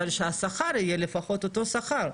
אבל שהשכר יהיה לפחות אותו שכר.